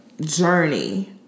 journey